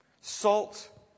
Salt